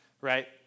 right